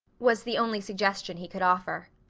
was the only suggestion he could offer.